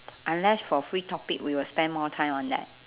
unless for free topic we will spend more time on that